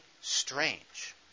strange